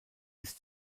ist